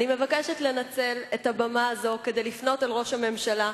אני מבקשת לנצל את הבמה הזאת כדי לפנות אל ראש הממשלה,